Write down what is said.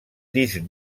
disc